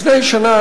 לפני שנה,